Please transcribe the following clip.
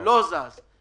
לא זז -- שום דבר.